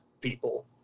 people